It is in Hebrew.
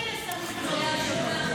קריאה ראשונה.